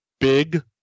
big